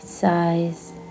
size